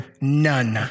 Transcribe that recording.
None